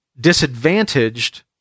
disadvantaged